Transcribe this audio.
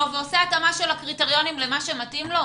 ועושה התאמה של הקריטריונים למה שמתאים לו?